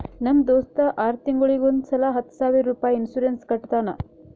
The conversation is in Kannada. ನಮ್ ದೋಸ್ತ ಆರ್ ತಿಂಗೂಳಿಗ್ ಒಂದ್ ಸಲಾ ಹತ್ತ ಸಾವಿರ ರುಪಾಯಿ ಇನ್ಸೂರೆನ್ಸ್ ಕಟ್ಟತಾನ